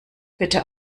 bitte